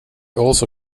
also